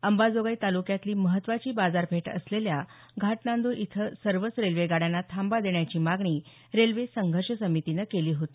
अंबाजोगाई ताल्क्यातली महत्त्वाची बाजारपेठ असलेल्या घाटनांद्र इथं सर्वच रेल्वे गाड्यांना थांबा देण्याची मागणी रेल्वे संघर्ष समितीने केली होती